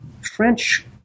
French